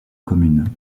commune